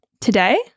today